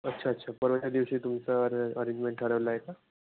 अच्छा अच्छा परवाच्या दिवशी तुमचं अरे अरेंजमेंट ठरवलं आहे का